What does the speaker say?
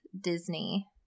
Disney